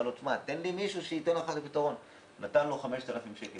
נתן לו קנס 5,000 שקלים.